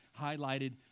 highlighted